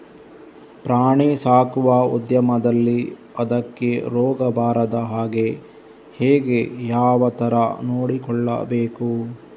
ಪ್ರಾಣಿ ಸಾಕುವ ಉದ್ಯಮದಲ್ಲಿ ಅದಕ್ಕೆ ರೋಗ ಬಾರದ ಹಾಗೆ ಹೇಗೆ ಯಾವ ತರ ನೋಡಿಕೊಳ್ಳಬೇಕು?